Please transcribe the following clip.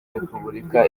repubulika